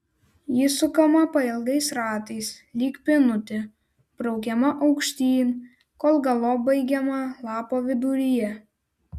ji sukama pailgais ratais lyg pynutė braukiama aukštyn kol galop baigiama lapo viduryje